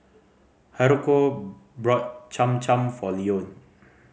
Haruko bought Cham Cham for Leone